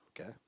okay